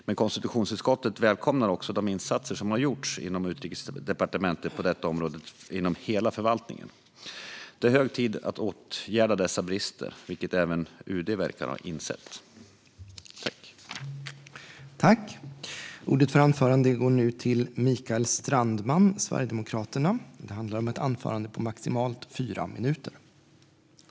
Men konstitutionsutskottet välkomnar också de insatser som har gjorts inom Utrikesdepartementet på detta område inom hela förvaltningen. Det är hög tid att åtgärda dessa brister, vilket även UD verkar ha insett. Vissa frågor om regeringens ansvar för förvaltningen